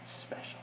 special